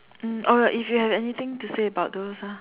um or like if you have anything to say about those ah